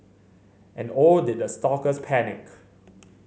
and oh did the stalkers panic